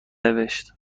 نوشت